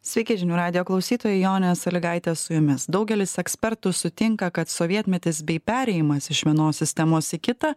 sveiki žinių radijo klausytojai jonė salygaitė su jumis daugelis ekspertų sutinka kad sovietmetis bei perėjimas iš vienos sistemos į kitą